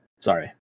Sorry